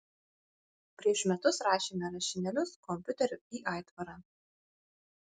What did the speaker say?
prieš metus rašėme rašinėlius kompiuteriu į aitvarą